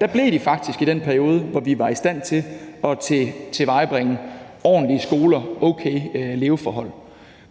Der blev de faktisk i den periode, hvor vi var i stand til at tilvejebringe ordentlige skoler og okay leveforhold.